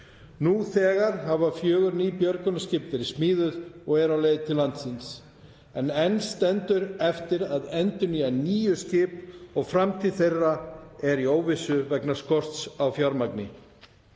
Nú þegar hafa fjögur ný björgunarskip verið smíðuð og eru á leið til landsins en enn stendur eftir að endurnýja níu skip og framtíð þeirra er í óvissu vegna skorts á fjármagni.